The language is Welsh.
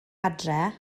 adre